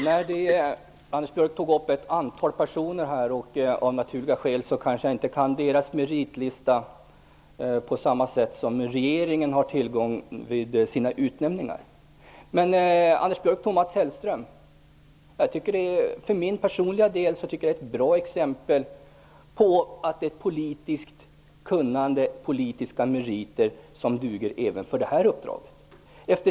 Fru talman! Anders Björck tog upp utnämningen av ett antal personer. Av naturliga skäl har jag inte tillgång till deras meritlista på det sätt som regeringen har vid sina utnämningar. Men Anders Björck nämnde Mats Hellström. Jag tycker personligen att det är ett bra exempel på en person med ett politiskt kunnande och politiska meriter som duger även för det uppdraget.